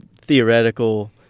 theoretical